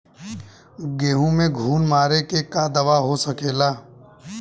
गेहूँ में घुन मारे के का दवा हो सकेला?